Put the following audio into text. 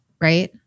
right